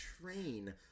train